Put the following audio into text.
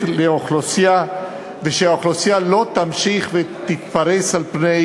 לאוכלוסייה ושהאוכלוסייה לא תמשיך ותתפרס על פני